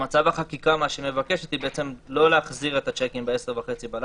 החקיקה מבקשת לא להחזיר את השיקים ב-22:30.